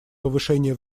повышение